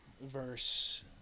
verse